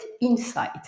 insight